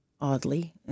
oddly